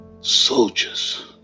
soldiers